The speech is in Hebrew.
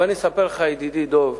אבל אני אספר לך, ידידי דב,